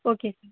okay sir